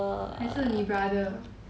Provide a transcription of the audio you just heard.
还是你 brother